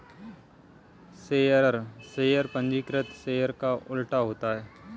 bearer share पंजीकृत share का उल्टा होता है